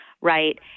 Right